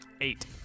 Eight